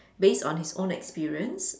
based on his own experience